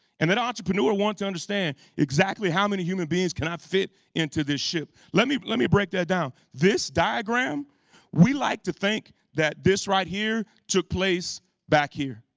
and that entrepreneur wanted to understand exactly how many human beings can now fit into this ship. let me but let me break that down. this diagram we like to think that this right here took place back here.